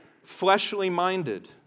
fleshly-minded